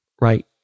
right